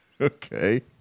Okay